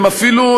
הם אפילו,